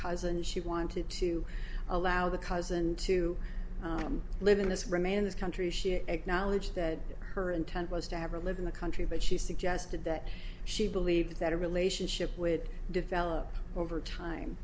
cousin she wanted to allow the cousin to live in this remain in this country she acknowledged that her intent was to ever live in the country but she suggested that she believes that a relationship with develop over time